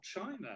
China